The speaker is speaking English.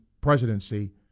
presidency